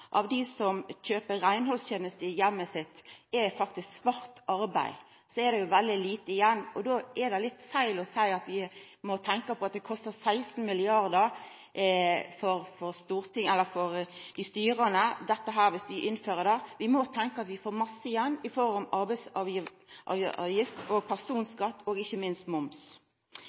av dei som kjøper reinhaldstenester i heimen sin, kjøper svart arbeid, er det veldig lite igjen. Då er det litt feil å seia at vi må tenkja på at det kostar 16 mrd. kr – om vi innfører dette. Vi må tenkja på at vi får mykje igjen i form av arbeidsgivaravgift, personskatt og ikkje minst moms.